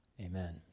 amen